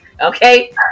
Okay